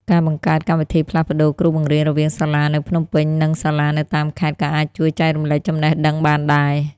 ការបង្កើតកម្មវិធីផ្លាស់ប្តូរគ្រូបង្រៀនរវាងសាលានៅភ្នំពេញនិងសាលានៅតាមខេត្តក៏អាចជួយចែករំលែកចំណេះដឹងបានដែរ។